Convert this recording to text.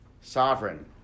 Sovereign